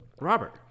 Robert